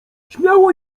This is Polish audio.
śmiało